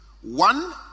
One